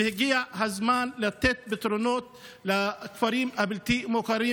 והגיע הזמן לתת פתרונות לכפרים הבלתי-מוכרים